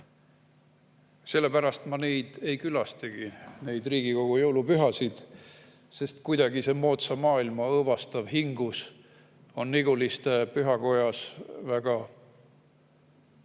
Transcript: Sellepärast ma ei külastagi neid Riigikogu jõulupühasid, sest kuidagi on see moodsa maailma õõvastav hingus Niguliste pühakojas väga